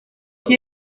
qui